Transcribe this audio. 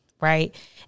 right